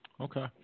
Okay